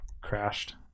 crashed